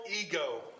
ego